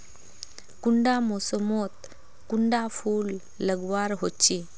कुंडा मोसमोत कुंडा फुल लगवार होछै?